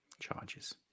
charges